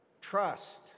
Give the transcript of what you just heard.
Trust